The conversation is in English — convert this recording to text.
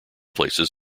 places